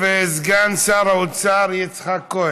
ישיב סגן שר האוצר יצחק כהן.